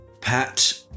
Pat